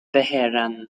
vehrehan